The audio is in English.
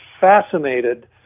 fascinated